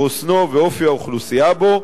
חוסנו ואופי האוכלוסייה בו.